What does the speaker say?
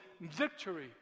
victory